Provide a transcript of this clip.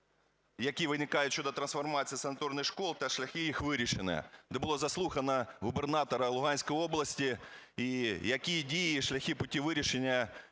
які виникають щодо трансформації санаторних шкіл та шляхи їх вирішення. Де було заслухано губернатора Луганської області і які дії і шляхи вирішення